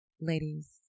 ladies